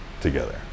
together